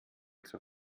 zur